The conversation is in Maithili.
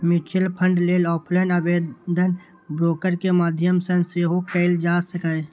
म्यूचुअल फंड लेल ऑफलाइन आवेदन ब्रोकर के माध्यम सं सेहो कैल जा सकैए